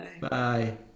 Bye